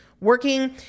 working